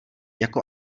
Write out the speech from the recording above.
jako